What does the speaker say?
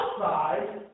outside